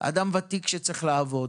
אדם ותיק שצריך לעבוד,